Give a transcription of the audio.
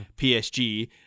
PSG